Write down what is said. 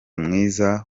mwiza